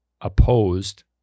opposed